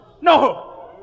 No